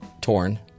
torn